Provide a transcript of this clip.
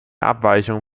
abweichung